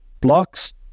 blocks